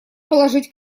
положить